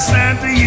Santa